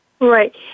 Right